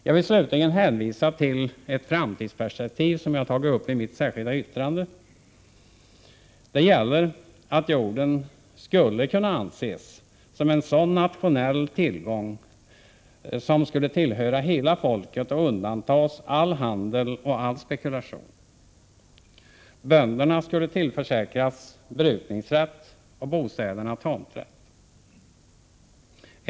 Jag vill slutligen hänvisa till ett framtidsperspektiv, som jag har tagit upp i mitt särskilda yttrande, nämligen att jorden skulle kunna anses vara en sådan nationell tillgång som borde tillhöra hela folket och undandras från all handel och all spekulation. Bönderna skulle tillförsäkras brukningsrätt och villaägarna tomträtt.